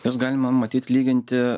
juos galima matyt lyginti